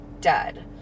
dead